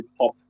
pop